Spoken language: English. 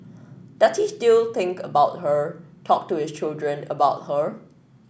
does he still think about her talk to his children about her